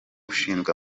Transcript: ushinzwe